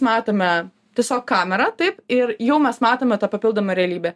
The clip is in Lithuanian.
matome tiesiog kamerą taip ir jau mes matome tą papildomą realybę